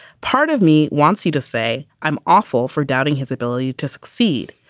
part of me wants you to say i'm awful for doubting his ability to succeed,